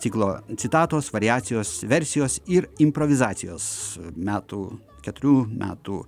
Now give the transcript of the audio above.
stiklo citatos variacijos versijos ir improvizacijos metų keturių metų